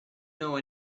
know